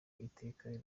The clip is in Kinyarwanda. iteka